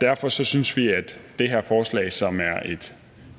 Derfor synes vi, at det her forslag, som er